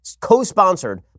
co-sponsored